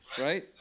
Right